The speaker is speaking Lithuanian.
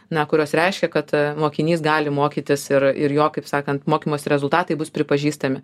na kurios reiškia kad mokinys gali mokytis ir ir jo kaip sakan mokymosi rezultatai bus pripažįstami